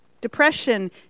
Depression